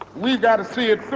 we've got to see it through